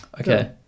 Okay